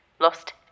lost